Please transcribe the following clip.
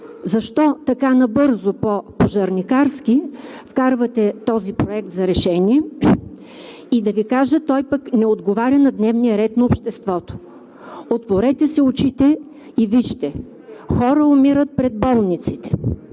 защо така набързо, по пожарникарски вкарвате този проект за решение и да Ви кажа – той не отговаря на дневния ред на обществото. Отворете си очите и вижте: хора умират пред болниците,